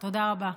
תודה רבה.